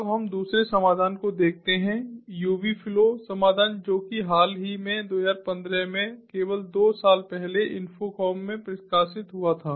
अब हम दूसरे समाधान को देखते हैं यूबी फ्लो समाधान जो कि हाल ही में 2015 में केवल 2 साल पहले इन्फोकॉम में प्रकाशित हुआ था